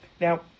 Now